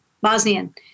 Bosnian